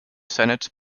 senate